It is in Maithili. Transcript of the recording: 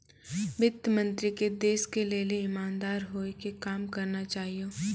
वित्त मन्त्री के देश के लेली इमानदार होइ के काम करना चाहियो